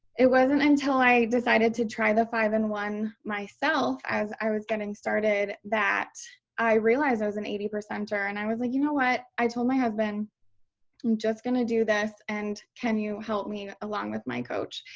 it wasn't until i decided to try the five and one myself as i was getting started that i realized i was an eighty percenter. and i was like, you know what i told my husband, i'm just going to do this. and can you help me along with my coach?